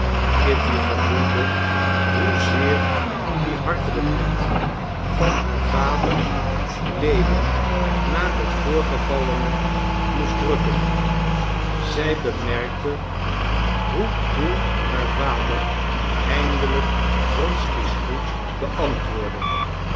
kitty gevoelde hoezeer die hartelijkheid van haar vader lewin na het voorgevallene moest drukken zij bemerkte hoe koel haar vader eindelijk wronsky's groet beantwoordde